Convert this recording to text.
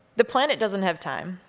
the planet doesn't have time,